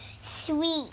sweet